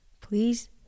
please